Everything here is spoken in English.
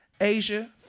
Asia